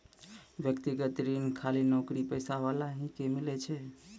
व्यक्तिगत ऋण खाली नौकरीपेशा वाला ही के मिलै छै?